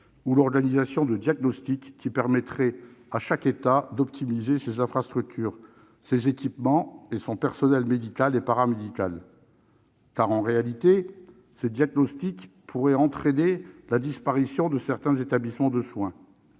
ou l'organisation de diagnostics qui permettrait à chaque État d'optimiser l'utilisation de ses infrastructures, de ses équipements et de son personnel médical et paramédical. En effet, ces diagnostics pourraient entraîner la disparition de certains établissements de soins.